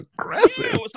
aggressive